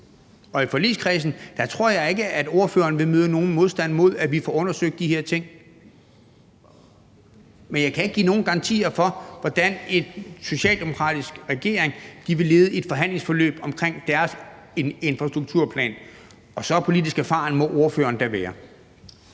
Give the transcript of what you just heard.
og i forligskredsen tror jeg ikke ordføreren vil møde nogen modstand mod, at vi får undersøgt de her ting. Men jeg kan ikke give nogen garantier for, hvordan en socialdemokratisk regering vil lede et forhandlingsforløb omkring deres infrastrukturplan. Så politisk erfaren må ordføreren da være.